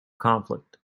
conflict